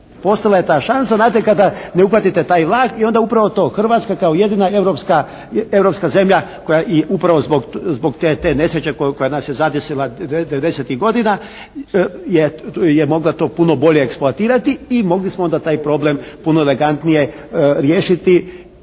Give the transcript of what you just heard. Postojala je ta šansa. Znate kada ne uhvatite taj vlak. I onda upravo to Hrvatska kao jedina europska zemlja koja i upravo zbog tog, te nesreće koja nas je zadesila devedesetih godina je mogla to puno bolje eksploatirati i mogli smo onda taj problem puno elegantnije riješiti